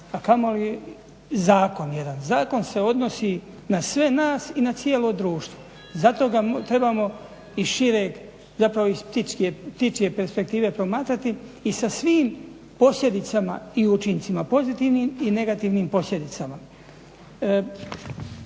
a kamoli zakon jedan. Zakon se odnosi na sve nas i na cijelo društvo zato ga trebamo iz ptičje perspektive promatrati i sa svim posljedicama i učincima pozitivnim i negativnim posljedicama.